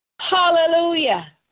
Hallelujah